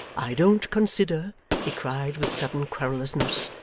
i don't consider he cried with sudden querulousness,